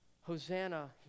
Hosanna